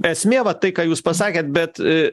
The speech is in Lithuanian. esmė va tai ką jūs pasakėt bet